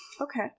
Okay